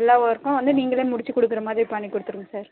எல்லாம் ஒர்க்கும் வந்து நீங்களே முடிச்சி கொடுக்குறமாதிரி பண்ணிக்கொடுத்துருங்க சார்